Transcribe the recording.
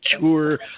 tour